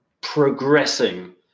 progressing